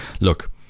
look